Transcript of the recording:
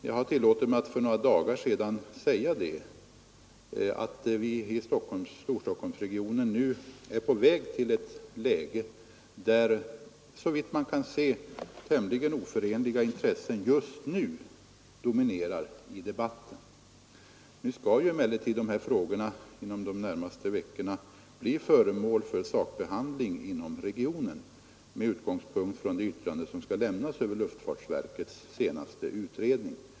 Jag har för några dagar sedan tillåtit mig att säga, att vi i Storstockholmsregionen just nu är på väg mot ett läge där, såvitt man kan se, tämligen oförenliga intressen dominerar i debatten. Nu skall emellertid de här frågorna inom de närmaste veckorna bli föremål för sakbehandling inom regionen med utgångspunkt i det yttrande som skall lämnas över luftfartsverkets senaste utredning.